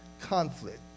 conflict